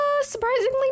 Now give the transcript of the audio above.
Surprisingly